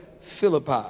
Philippi